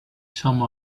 some